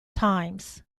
times